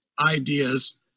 ideas